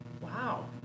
Wow